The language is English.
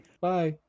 bye